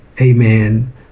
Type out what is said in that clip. amen